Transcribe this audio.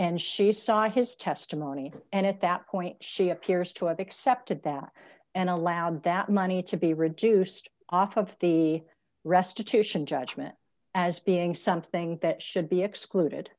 and she saw his testimony and at that point she appears to have accepted that and allowed that money to be reduced off of the restitution judgment as being something that should be excluded